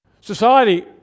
Society